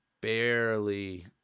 barely